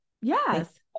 Yes